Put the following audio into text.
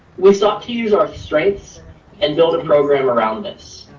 we sought to use our strengths and build a program around this.